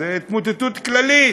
זאת התמוטטות כללית.